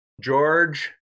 George